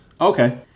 Okay